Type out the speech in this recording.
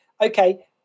okay